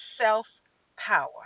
self-power